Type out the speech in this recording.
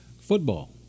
Football